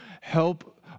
help